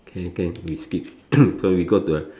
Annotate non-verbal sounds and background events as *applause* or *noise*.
can can we skip *coughs* so we go to the